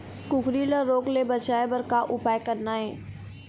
कुकरी ला रोग ले बचाए बर का उपाय करना ये?